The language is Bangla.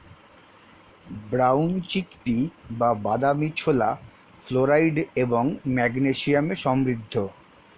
ব্রাউন চিক পি বা বাদামী ছোলা ফ্লোরাইড এবং ম্যাগনেসিয়ামে সমৃদ্ধ